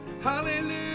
Hallelujah